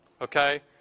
okay